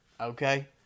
okay